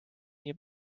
nii